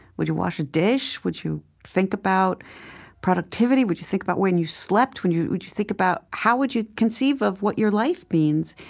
would you wash a dish? would you think about productivity? would you think about when you slept? when you would you think about how would conceive of what your life means?